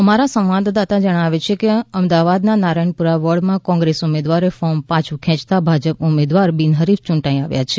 અમારા સંવાદદાતા જણાવે છે કે અમદાવાદના નારણપુરા વોર્ડમાં કોંગ્રેસ ઉમેદવારે ફોર્મ પાછું ખેંચતા ભાજપ ઉમેદવાર બિનહરીફ ચૂંટાઈ આવ્યા છે